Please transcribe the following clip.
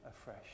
afresh